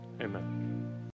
Amen